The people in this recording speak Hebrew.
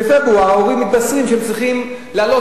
ובפברואר ההורים מתבשרים שהם צריכים להעלות